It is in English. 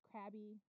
Crabby